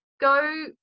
go